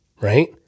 right